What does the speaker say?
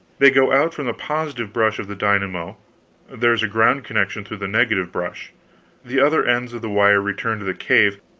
they go out from the positive brush of the dynamo there is a ground-connection through the negative brush the other ends of the wire return to the cave,